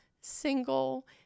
single